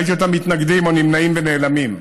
ראיתי אותם מתנגדים או נמנעים ונעלמים.